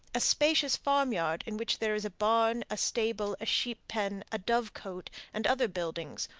a spacious farmyard in which there is a barn, a stable, a sheep-pen, a dovecote, and other buildings,